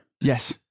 Yes